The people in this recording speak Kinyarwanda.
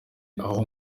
aho